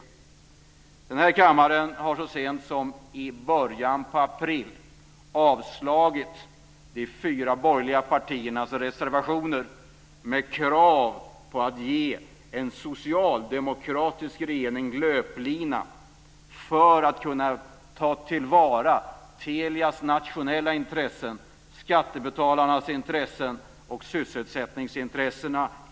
Så sent som i början av april avslog den här kammaren reservationer från de fyra borgerliga partierna som innehöll krav på att man skulle ge den socialdemokratiska regeringen löplina för att den skulle kunna ta till vara Telias nationella intressen, skattebetalarnas intressen och sysselsättningsintressena.